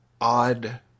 odd